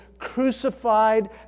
crucified